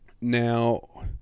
Now